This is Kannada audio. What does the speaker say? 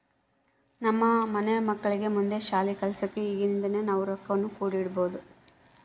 ನಮ್ಮ ಮನೆ ಮಕ್ಕಳಿಗೆ ಮುಂದೆ ಶಾಲಿ ಕಲ್ಸಕ ಈಗಿಂದನೇ ನಾವು ರೊಕ್ವನ್ನು ಕೂಡಿಡಬೋದು